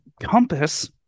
compass